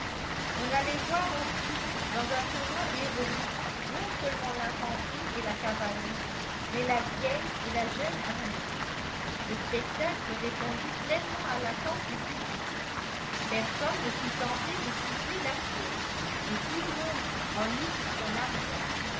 on allait voir aux prises dans un tournoi héroïque non seulement l'infanterie et la cavalerie mais la vieille et la jeune armée le spectacle répondit pleinement à l'attente du public personne ne fut tenté de siffler la pièce et tout le monde en eut pour son argent